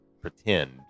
pretend